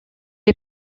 est